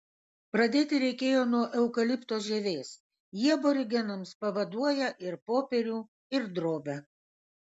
pradėti reikėjo nuo eukalipto žievės ji aborigenams pavaduoja ir popierių ir drobę